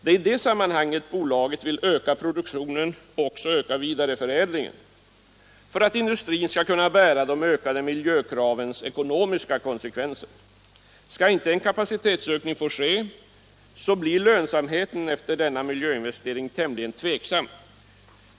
Det är i det sammanhanget bolaget vill öka produktionen och även vidareförädlingen för att industrin skall kunna bära de ökade miljökravens ekonomiska konsekvenser. Skulle inte en kapacitetsökning få ske, blir lönsamheten efter denna miljöinvestering tämligen tveksam.